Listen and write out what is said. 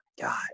God